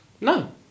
No